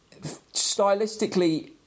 stylistically